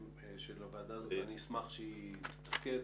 אני אשמח שהוועדה הזאת תתפקד.